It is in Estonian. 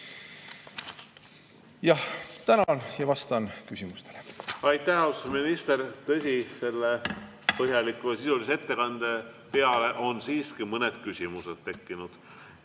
Tänan! Vastan küsimustele. Aitäh, austatud minister! Tõsi, selle põhjaliku ja sisulise ettekande peale on siiski mõned küsimused tekkinud.